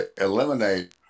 eliminate